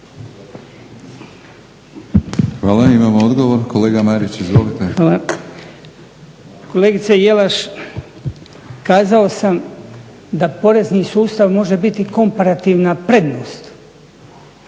Hvala. Imamo odgovor, kolega Marić izvolite. **Marić, Goran (HDZ)** Hvala. Kolegice Jelaš kazao sam da porezni sustav može biti komparativna prednost,